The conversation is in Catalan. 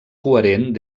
coherent